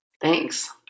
Thanks